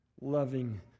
loving